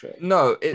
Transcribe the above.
no